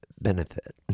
benefit